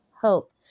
hope